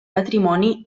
matrimoni